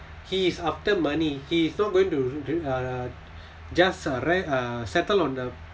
he is after money he is not going to uh just right uh settle on the